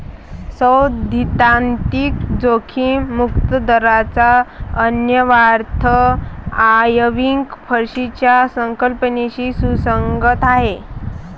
सैद्धांतिक जोखीम मुक्त दराचा अन्वयार्थ आयर्विंग फिशरच्या संकल्पनेशी सुसंगत आहे